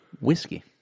Whiskey